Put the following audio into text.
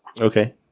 okay